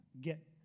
get